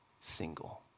single